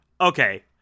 Okay